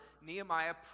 Nehemiah